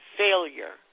failure